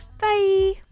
Bye